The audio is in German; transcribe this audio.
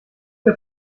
der